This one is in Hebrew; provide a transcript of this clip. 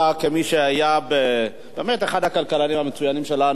כמי שהיה באמת אחד הכלכלנים המצוינים שלנו,